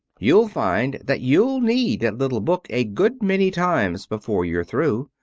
you'll find that you'll need that little book a good many times before you're through.